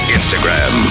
Instagram